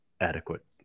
Adequate